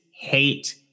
hate